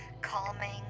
calming